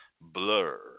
blur